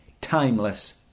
timeless